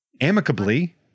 Amicably